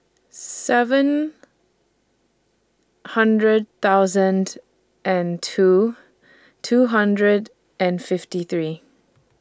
seven hundred thousand and two two hundred and fifty three